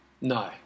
No